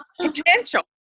potential